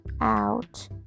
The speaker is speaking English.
out